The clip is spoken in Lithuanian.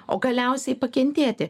o galiausiai pakentėti